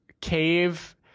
cave